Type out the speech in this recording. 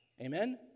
amen